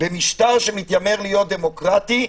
במשטר שמתיימר להיות דמוקרטי,